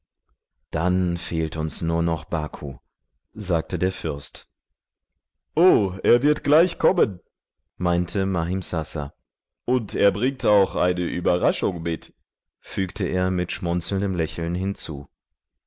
dann fehlt uns nur noch baku sagte der fürst o er wird gleich kommen meinte mahimsasa und er bringt auch eine überraschung mit fügte er mit schmunzelndem lächeln hinzu